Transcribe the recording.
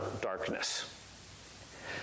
darkness